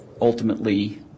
ultimately